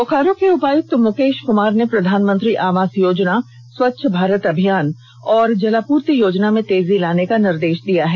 बोकारो के उपायक्त मुकेश कुमार ने प्रधानमंत्री आवास योजना स्वच्छ भारत अभियान और जलापूर्ति योजना में तेजी लाने का निर्देश दिया है